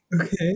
Okay